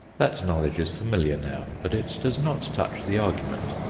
that knowledge is familiar now but it does not touch the argument.